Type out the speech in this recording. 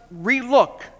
relook